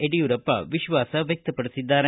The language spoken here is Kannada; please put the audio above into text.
ಯಡಿಯೂರಪ್ಪ ವಿಶ್ವಾಸ ವ್ಯಕ್ತಪಡಿಸಿದ್ದಾರೆ